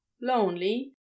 lonely